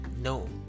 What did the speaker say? No